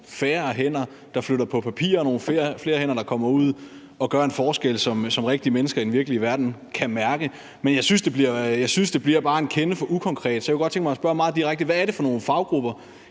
færre hænder, der flytter på papirer, og nogle flere hænder, der kommer ud og gør en forskel, som rigtige mennesker i den virkelige verden kan mærke. Men jeg synes, det bliver bare en kende for ukonkret, så jeg kunne godt tænke mig at spørge meget direkte: Hvad er det for nogle faggrupper